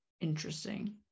interesting